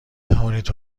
توانید